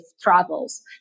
Travels